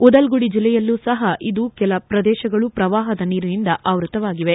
ಉದಲ್ಗುಡಿ ಜಿಲ್ಲೆಯಲ್ಲೂ ಸಹ ಇಂದು ಕೆಲ ಪ್ರದೇಶಗಳು ಪ್ರವಾಹದ ನೀರಿನಿಂದ ಆವೃತವಾಗಿವೆ